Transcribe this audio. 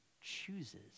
chooses